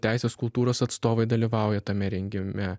teisės kultūros atstovai dalyvauja tame rengime